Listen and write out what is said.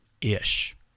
Ish